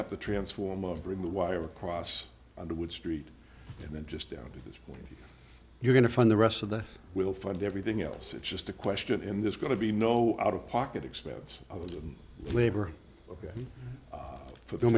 up the transformer bring the wire across underwood street and then just down to this point you're going to find the rest of the earth we'll find everything else it's just a question in this going to be no out of pocket expense other than labor ok for the